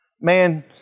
man